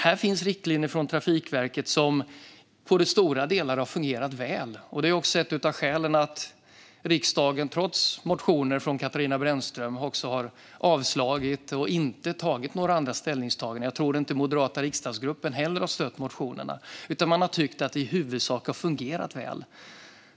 Här finns riktlinjer från Trafikverket som på det stora hela har fungerat väl, och det är också ett av skälen till att riksdagen har avslagit Katarina Brännströms motioner och inte gjort några andra ställningstaganden. Jag tror inte heller att den moderata riksdagsgruppen har stött motionerna, utan man har tyckt att det i huvudsak har fungerat väl.